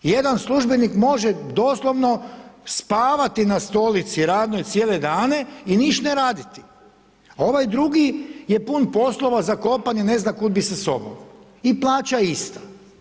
Jedna službenik može doslovno spavati na stolici radnoj cijele dane i ništa ne raditi a ovaj drugi je pun poslova, zakopan i ne zna kud bi sa sobom i plaća je ista.